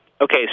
okay